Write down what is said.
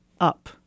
Up